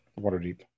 Waterdeep